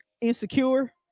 insecure